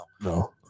no